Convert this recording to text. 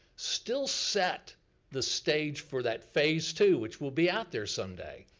still set the stage for that phase two, which will be out there someday,